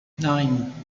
nine